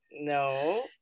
no